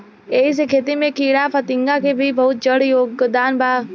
एही से खेती में कीड़ाफतिंगा के भी बहुत बड़ योगदान बा